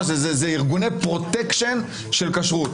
ארגוני פרוטקשן של כשרות.